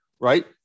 right